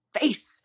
face